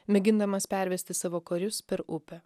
mėgindamas pervesti savo karius per upę